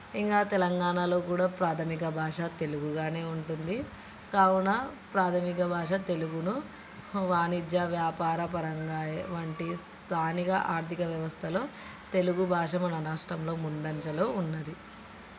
ఇంకా తెలంగాణాలో కూడా ప్రాథమిక భాష తెలుగుగా ఉంటుంది కావున ప్రాథమిక భాష తెలుగును వాణిజ్య వ్యాపార పరంగా వంటి స్థానిక ఆర్థిక వ్యవస్థలో తెలుగు భాష మన రాష్ట్రంలో ముందంజలో ఉన్నది